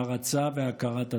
הערצה והכרת הטוב.